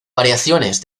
variaciones